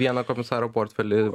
vieną komisaro portfelį